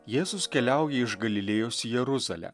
jėzus keliauja iš galilėjos į jeruzalę